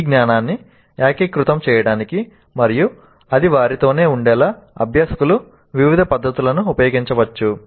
ఈ జ్ఞానాన్ని ఏకీకృతం చేయడానికి మరియు అది వారితోనే ఉండేలా అభ్యాసకులు వివిధ పద్ధతులను ఉపయోగించవచ్చు